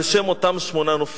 על שם אותם שמונה נופלים.